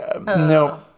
No